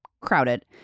crowded